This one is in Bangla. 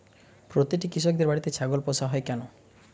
প্রতিটি কৃষকদের বাড়িতে ছাগল পোষা হয় কেন?